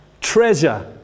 Treasure